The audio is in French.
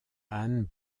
anne